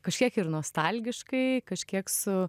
kažkiek ir nostalgiškai kažkiek su